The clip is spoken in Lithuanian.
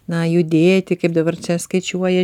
na judėti kaip dabar čia skaičiuoja